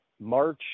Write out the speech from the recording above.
march